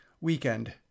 Weekend